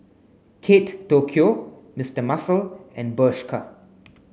Kate Tokyo Mister Muscle and Bershka